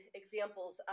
examples